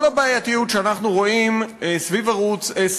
כל הבעייתיות שאנחנו רואים סביב ערוץ 10